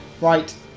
Right